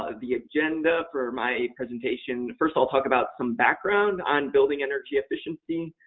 ah the agenda for my presentation first, i'll talk about some background on building energy efficiency.